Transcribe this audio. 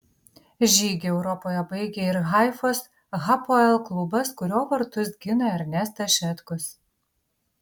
žygį europoje baigė ir haifos hapoel klubas kurio vartus gina ernestas šetkus